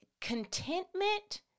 contentment